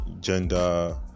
gender